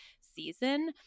season